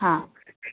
हां